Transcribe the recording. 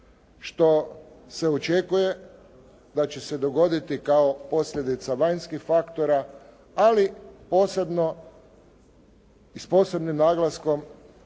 što se očekuje da će se dogoditi kao posljedica vanjskih faktora, ali s posebnim naglaskom